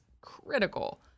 critical